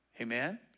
Amen